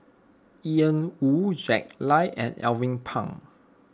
Yan Woo Jack Lai and Alvin Pang